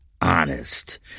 honest